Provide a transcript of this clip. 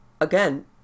again